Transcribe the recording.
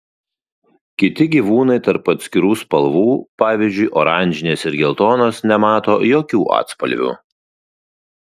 kiti gyvūnai tarp atskirų spalvų pavyzdžiui oranžinės ir geltonos nemato jokių atspalvių